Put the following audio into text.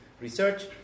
research